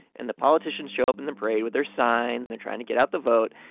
and the politicians show up in the parade with their sign, and they're trying to get out the vote.